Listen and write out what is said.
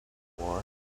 war